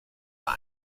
war